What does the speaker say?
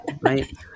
right